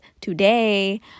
today